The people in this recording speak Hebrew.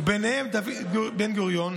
ובהם דוד בן-גוריון,